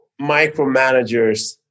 micromanagers